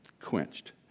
Quenched